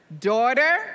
Daughter